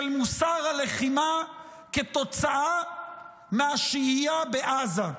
של מוסר הלחימה, כתוצאה מהשהייה בעזה.